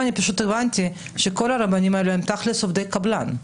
שכל הרבנים האלה הם עובדי קבלן.